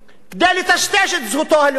כדי לטשטש את זהותו הלאומית.